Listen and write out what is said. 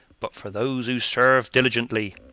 but for those who serve diligently.